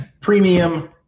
premium